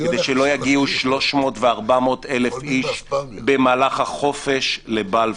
כדי שלא יגיעו 400,00-300,000 איש במהלך החופש לבלפור.